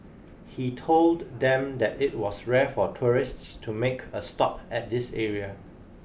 he told them that it was rare for tourists to make a stop at this area